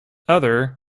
other